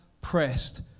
pressed